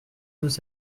noz